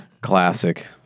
Classic